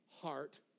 heart